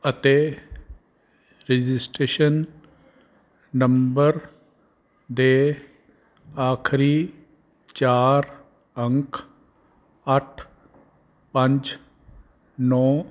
ਅਤੇ registration number ਦੇ ਆਖਰੀ ਚਾਰ ਅੰਕ ਅੱਠ ਪੰਜ ਨੌਂ